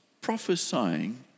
prophesying